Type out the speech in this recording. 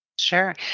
Sure